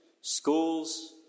schools